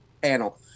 panel